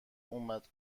اومد